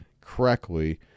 correctly